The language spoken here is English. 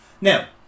Now